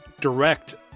direct